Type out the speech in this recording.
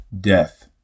death